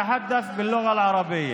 רוצים להתפוצץ על שאני מדבר בשפה הערבית.